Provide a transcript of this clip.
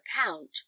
account